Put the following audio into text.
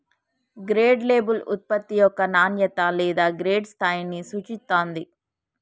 grade label ఉత్పత్తి యొక్క నాణ్యత లేదా గ్రేడ్ స్థాయిని సూచిత్తాంది